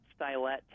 stylet